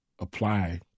apply